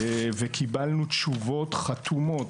קיבלנו תשובות חתומות,